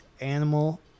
animal